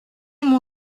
mon